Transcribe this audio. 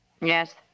Yes